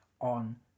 on